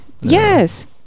Yes